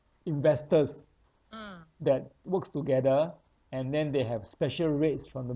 investors that works together and then they have special rates from the